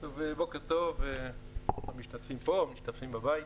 בוקר טוב למשתתפים פה, למשתתפים בבית.